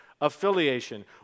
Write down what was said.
affiliation